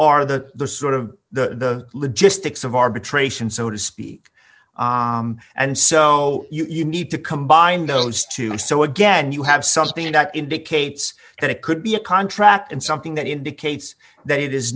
are the sort of the logistics of arbitration so to speak and so you need to combine those two so again you have something that indicates that it could be a contract and something that indicates that it is